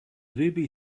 really